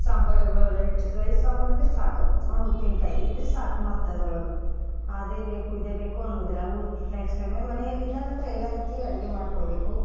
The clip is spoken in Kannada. ಸಾಂಬಾರ್ ಇವ ರೈಟ್ ರೈಸ್ ಸಾಂಬಾರು ಇದ್ರೆ ಸಾಕು ಒಂದು ಉಪ್ಪಿನಕಾಯಿ ಇದ್ರೆ ಸಾಕು ಮತ್ತು ಅದ್ರೊಳಗೆ ಅದೇ ಬೇಕು ಇದೆ ಬೇಕು ಅನ್ನುವುದಿಲ್ಲ ಉತ್ ನೆಕ್ಸ್ಟ್ ಟೈಮ್ ಮನೆಯಲ್ಲಿ ಇದ್ದಾಗಂತು ಎಲ್ಲ ರೀತಿ ಅಡ್ಗೆ ಮಾಡಿಕೊಡ್ಬೇಕು